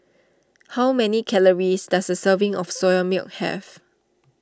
how many calories does a serving of Soya Milk have